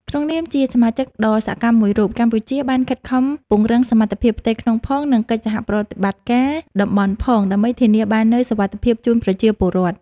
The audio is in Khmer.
ក្នុងនាមជាសមាជិកដ៏សកម្មមួយរូប កម្ពុជាបានខិតខំពង្រឹងសមត្ថភាពផ្ទៃក្នុងផង និងកិច្ចសហប្រតិបត្តិការតំបន់ផង ដើម្បីធានាបាននូវសុវត្ថិភាពជូនប្រជាពលរដ្ឋ។